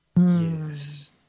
Yes